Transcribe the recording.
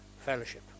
Fellowship